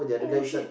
oh shit